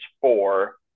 four